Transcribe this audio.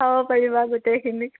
অঁ পাৰিবা গোটেইখিনিক